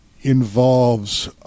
involves